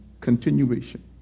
continuation